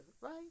right